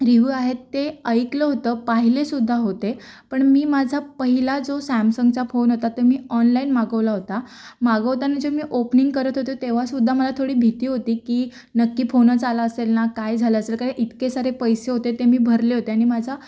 review आहे ते ऐकलं होतं पाहिलेसुद्धा होते पण मी माझं पहिला जो सॅमसंगचा फोन होता तो मी ऑनलाईन मागवला होता मागवताना जे मी ओपनिंग करत होते तेव्हासुद्धा मला थोडी भीती होती की नक्की फोनच आला असेल ना काय झालं असेल कारण इतके सारे पैसे होते ते मी भरले होते आणि माझा